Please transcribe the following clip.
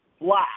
black